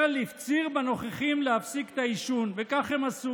ברל הפציר בנוכחים להפסיק את העישון, וכך הם עשו.